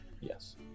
Yes